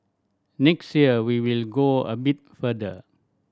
next year we will go a bit further